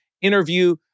interview